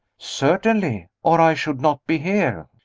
certainly, or i should not be here.